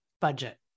budget